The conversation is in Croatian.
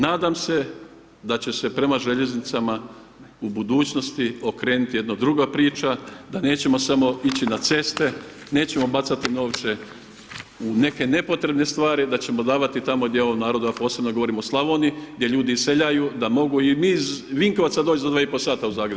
Nadam se da će se prema željeznicama u budućnosti okrenuti jedna druga priča, da nećemo samo ići na ceste, nećemo bacati novce u neke nepotrebne stvari, da ćemo davati tamo gdje ovom narodu, a posebno govorim o Slavoniji, gdje ljudi iseljaju, da mogu i iz Vinkovaca doći za dva i pol sata u Zagreb.